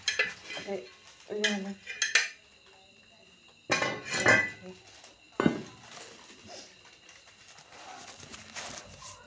ते एह्दे कन्नै